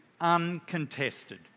uncontested